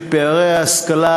פערי ההשכלה,